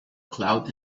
cloud